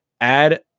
add